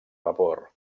vapor